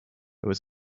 was